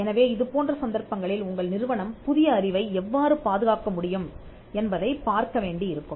எனவே இது போன்ற சந்தர்ப்பங்களில் உங்கள் நிறுவனம் புதிய அறிவை எவ்வாறு பாதுகாக்க முடியும் என்பதைப் பார்க்க வேண்டி இருக்கும்